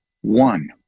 one